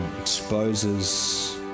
Exposes